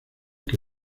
que